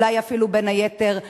אולי אפילו בין היתר,